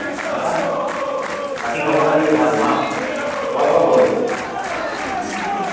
অঁ তাপা বাকী খবৰ খাতি ভাল ন খোৱা বোৱা হ'ল